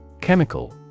Chemical